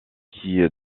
qui